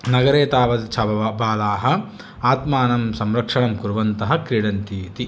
नगरे तावत् छा बालाः आत्मानं संरक्षणं कुर्वन्तः क्रीडन्ति इति